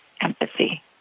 empathy